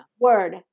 word